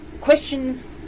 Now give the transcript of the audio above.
questions